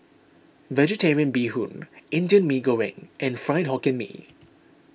Vegetarian Bee Hoon Indian Mee Goreng and Fried Hokkien Mee